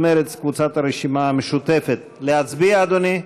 להצביע, אדוני?